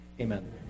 Amen